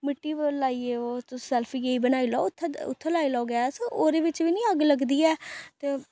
मिट्टी पर लाइयै ओह् तुस सेल्फ जेही बनाई लेऔ उत्थ उत्थै लाई लेऔ गैस ओह्दे बिच्च बी निं अग्ग लगदी है ते